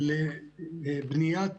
לבניית